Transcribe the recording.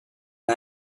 and